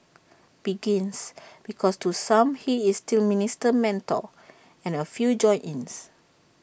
begins because to some he is still minister mentor and A few join ins